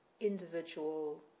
individual